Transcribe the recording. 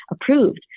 approved